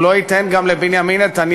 הוא לא ייתן גם לבנימין נתניהו.